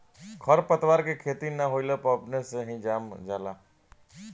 खर पतवार के खेती ना होला ई अपने से जाम जाला